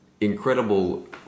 incredible